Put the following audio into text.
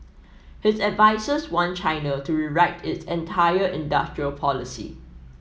his advisers want China to rewrite its entire industrial policy